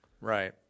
Right